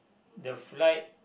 the flight